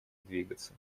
двигаться